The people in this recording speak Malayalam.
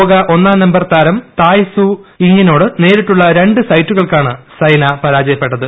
ലോക ഒന്നാം നമ്പർ താരം തായ് സു യിങിനോട് നേരിട്ടുള്ള രണ്ട് സെറ്റുകൾക്കാണ് സൈന പരാജയപ്പെട്ടത്